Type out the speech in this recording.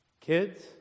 Kids